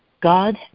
God